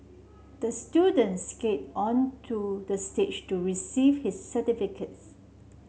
the student skated onto the stage to receive his certificates